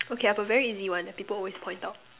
okay I've a very easy one people always point out